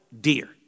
dear